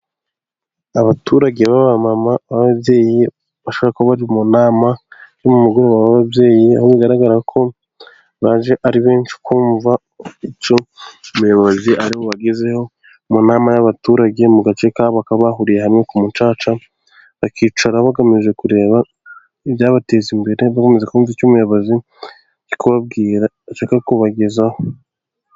Abaturage baba mama b'ababyeyi basa nkaho bari mu nama, y'umugoroba w'abababyeyi, aho bigaragara ko baje ari benshi kumva icyo umuyobozi ariwe wagezeho mu nama y'abaturage mu gace kabo, bakaba bahuriye hamwe ku mucaca bakicara bagamije kureba ibyabateza imbere, bakomeza kumva icyo umuyobozi ari kubababwira, cyangwa se ashaka kubagezaho.